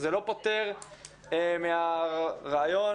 בתעסוקות כמעט תמיד אפשר לבוא לקראת החייל,